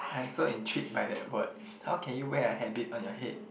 I'm so intrigued by that word how can you wear a habit on your head